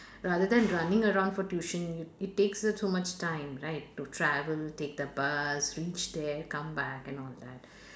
rather than running around for tuition it takes up so much time right to travel take the bus reach there come back and all that